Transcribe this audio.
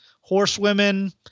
horsewomen